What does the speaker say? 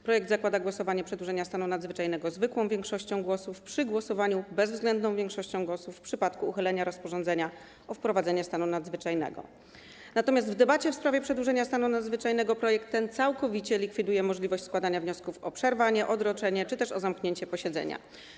Projekt zakłada głosowanie nad przedłużeniem stanu nadzwyczajnego zwykłą większością głosów przy głosowaniu bezwzględną większością głosów w przypadku uchylenia rozporządzenia o wprowadzeniu stanu nadzwyczajnego, natomiast w debacie w sprawie przedłużenia stanu nadzwyczajnego projekt ten całkowicie likwiduje możliwość składania wniosków o przerwanie, odroczenie czy też o zamknięcie posiedzenia.